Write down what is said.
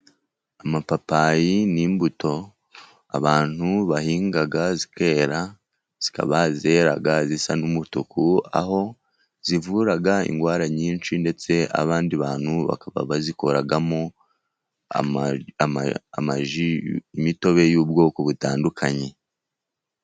Amapapayi ni imbuto abantu bahinga zikera, zikaba zera zisa n'umutuku, aho zivura indwara nyinshi, ndetse abandi bantu bakaba bazikoramo amaji, imitobe y'ubwoko butandukanye.